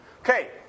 Okay